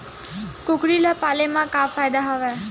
कुकरी ल पाले म का फ़ायदा हवय?